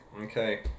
Okay